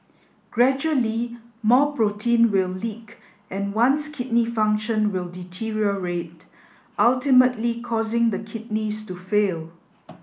gradually more protein will leak and one's kidney function will deteriorate ultimately causing the kidneys to fail